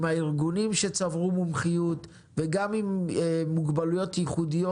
הארגונים שצברו מומחיות וגם לגבי מוגבלויות ייחודיות.